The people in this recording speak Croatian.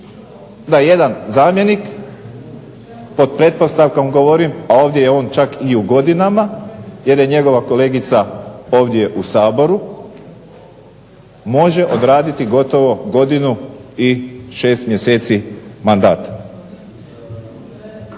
Da jedan zamjenik pod pretpostavkom govorim, a ovdje je on čak i u godinama, jer je njegova kolegica ovdje u Saboru, može odraditi gotovo godinu i 6 mjeseci mandata.